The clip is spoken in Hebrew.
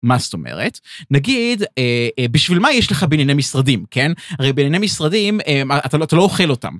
מה זאת אומרת, נגיד, בשביל מה יש לך בניני משרדים, כן? הרי בניני משרדים, אתה לא אוכל אותם.